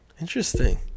Interesting